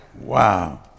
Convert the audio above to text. Wow